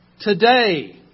today